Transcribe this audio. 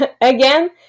again